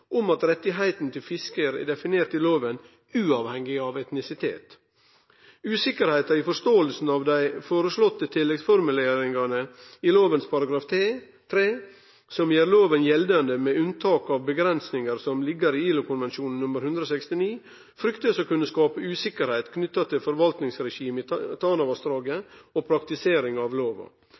om at rettane til fiske er definert i loven, uavhengig av etnisitet. Usikkerheita i forståinga av dei føreslåtte tilleggsformuleringane i lovens § 3, som gjer loven gjeldande med unntak av avgrensingar som ligg i ILO-konvensjonen nr. 169, blir frykta å kunne skape usikkerheit knytt til forvaltingsregimet i Tanavassdraget og praktiseringa av